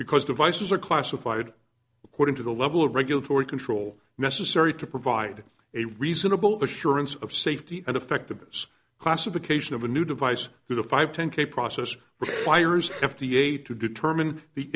because devices are classified according to the level of regulatory control necessary to provide a reasonable assurance of safety and effectiveness classification of a new device who the five ten k process requires f d a to determine the